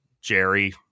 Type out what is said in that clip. Jerry